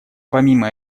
помимо